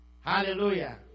Hallelujah